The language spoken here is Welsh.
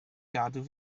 cadw